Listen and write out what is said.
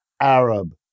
Arab